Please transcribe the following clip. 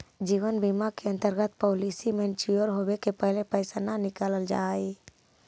जीवन बीमा के अंतर्गत पॉलिसी मैच्योर होवे के पहिले पैसा न नकालल जाऽ हई